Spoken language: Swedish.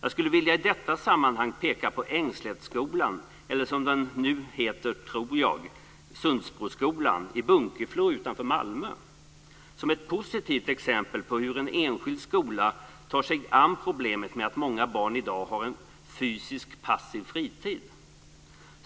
I detta sammanhang skulle jag vilja peka på Ängslättskolan - eller Sundsbroskolan, som jag tror att den nu heter - i Bunkeflo utanför Malmö som ett positivt exempel på hur en enskild skola tar sig an problemet med att många barn i dag har en fysiskt passiv fritid.